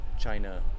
China